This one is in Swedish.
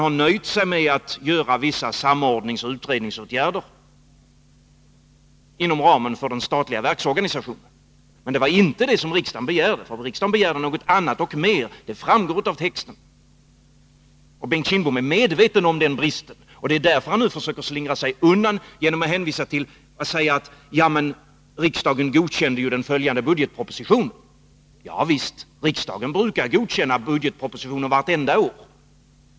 Regeringen nöjde sig med att vidta vissa samordningsoch utredningsåtgärder inom ramen för den statliga verksorganisationen. Det var dock inte detta som riksdagen begärde utan något annat och mer. Det framgår av texten i utskottets betänkande. Bengt Kindbom är medveten om den bristen. Därför försöker han nu slingra sig undan genom att framhålla att riksdagen godkände den följande budgetpropositionen. Javisst, riksdagen brukar godkänna budgetpropositionen varje år.